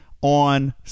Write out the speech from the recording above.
on